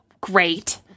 Great